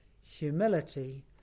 humility